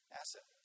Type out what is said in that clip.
asset